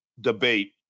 debate